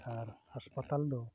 ᱟᱨ ᱦᱟᱥᱯᱟᱛᱟᱞ ᱫᱚ